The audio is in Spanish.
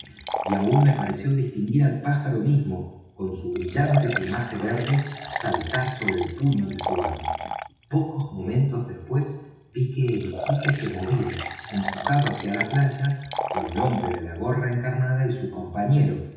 y aun me pareció distinguir al pájaro mismo con su brillante plumaje verde saltar sobre el puño de su amo pocos momentos después ví que el esquife se movía empujado hacia la playa por el hombre de la gorra encarnada y su compañero